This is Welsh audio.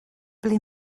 ble